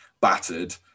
battered